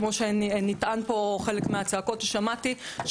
כמו שנטען פה בחלק מהצעקות ששמעתי,